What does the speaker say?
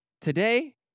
today